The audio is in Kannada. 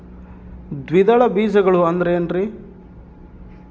ದ್ವಿದಳ ಬೇಜಗಳು ಅಂದರೇನ್ರಿ?